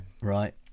Right